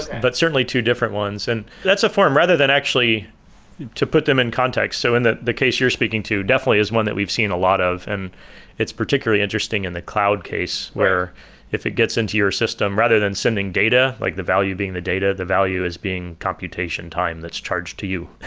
but certainly two different ones. and that's a form, rather than actually to put them in context. so in the the case you're speaking to, definitely is one that we've seen a lot of. and it's particularly interesting in the cloud case where if it gets into your system, rather than sending data, like the value being the data, the value as being computation time that's charged to you.